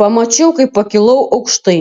pamačiau kaip pakilau aukštai